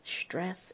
stress